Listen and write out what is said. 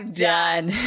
done